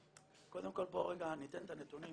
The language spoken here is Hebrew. קודם כל בואו רגע ניתן את הנתונים.